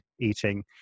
eating